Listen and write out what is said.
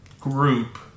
group